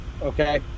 okay